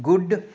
good